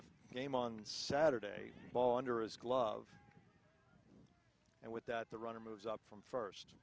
the game on saturday ball under his glove and with that the runner moves up from first